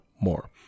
more